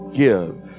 give